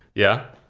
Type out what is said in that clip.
yeah.